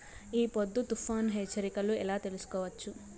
ఈ పొద్దు తుఫాను హెచ్చరికలు ఎలా తెలుసుకోవచ్చు?